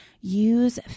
use